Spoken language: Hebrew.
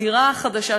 הזירה החדשה,